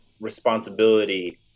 responsibility